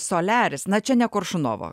soliaris na čia ne koršunovo